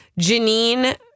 Janine